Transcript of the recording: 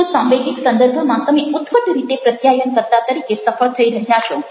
તો સાંવેગિક સંદર્ભમાં તમે ઉત્કટ રીતે પ્રત્યાયનકર્તા તરીકે સફળ થઈ રહ્યા છો